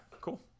cool